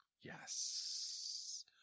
Yes